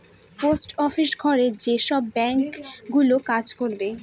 post office ঘরে যেসব bank গুলো কাজ করবে